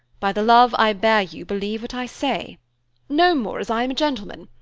by the love i bear you, believe what i say no more, as i am a gentleman.